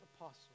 apostle